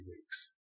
weeks